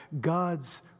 God's